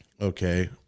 Okay